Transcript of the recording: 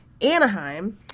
Anaheim